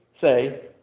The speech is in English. say